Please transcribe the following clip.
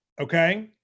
Okay